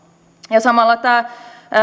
ja samalla tämä